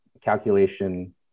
calculation